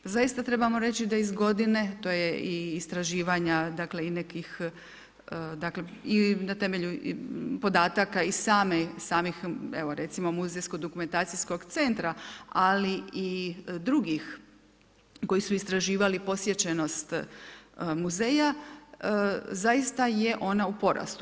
Zaista trebamo reći da iz godinu, to je i istraživanja dakle i nekih dakle, na temelju podataka i samih evo, recimo muzejsko-dokumentacijskog centra, ali i drugih koji su istraživali posječenost muzeja, zaista je ona u porastu.